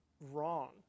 wrong